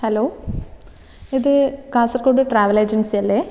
hello ഇത് Kasaragod travel agency അല്ലേ